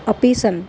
अपि सन्ति